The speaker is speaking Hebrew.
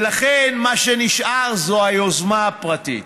ולכן מה שנשאר זו היוזמה הפרטית.